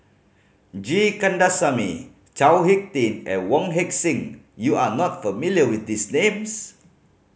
G Kandasamy Chao Hick Tin and Wong Heck Sing you are not familiar with these names